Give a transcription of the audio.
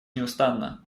неустанно